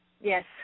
Yes